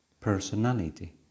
personality